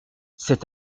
cet